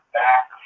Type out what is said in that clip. back